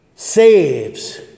Saves